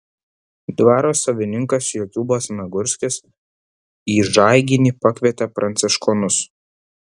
dvaro savininkas jokūbas nagurskis į žaiginį pakvietė pranciškonus